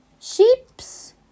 Sheeps